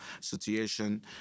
situation